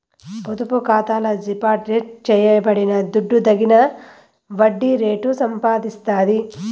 పొదుపు ఖాతాల డిపాజిట్ చేయబడిన దుడ్డు తగిన వడ్డీ రేటు సంపాదిస్తాది